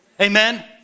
amen